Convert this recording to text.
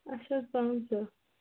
اچھا حظ پٕنٛژٕہ